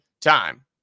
time